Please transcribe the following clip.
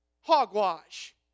Hogwash